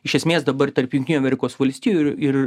iš esmės dabar tarp jungtinių amerikos valstijų ir